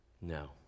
No